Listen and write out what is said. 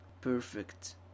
perfect